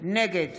נגד